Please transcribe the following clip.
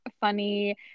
funny